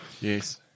Yes